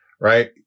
right